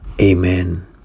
Amen